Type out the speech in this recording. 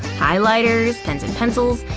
highlighters, pens and pencils,